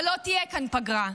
אבל לא תהיה כאן פגרה.